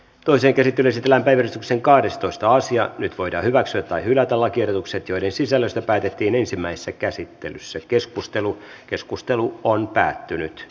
toisen käsittelisi tilan päivystyksen kahdestoista sija nyt voidaan hyväksyä tai hylätä lakiehdotukset joiden sisällöstä päätettiin ensimmäisessä käsittelyssä keskustelu asian käsittely päättyi